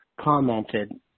commented